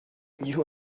you